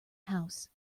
house